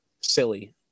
silly